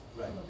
Right